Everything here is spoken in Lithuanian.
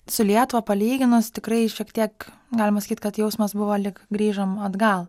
su lietuva palyginus tikrai šiek tiek galima sakyt kad jausmas buvo lyg grįžom atgal